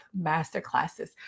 masterclasses